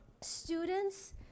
students